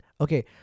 okay